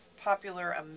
popular